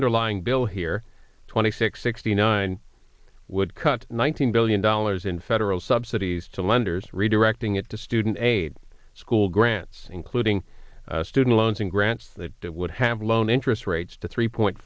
underlying bill here twenty six sixty nine would cut one thousand billion dollars in federal subsidies to lenders redirecting it to student aid school grants including student loans and grants that would have loan interest rates to three point